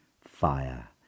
fire